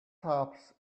tops